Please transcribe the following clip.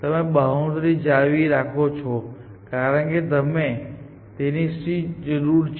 તમે બોઉન્ડ્રી જાળવી રાખો છો કારણ કે તમને તેની જરૂર છે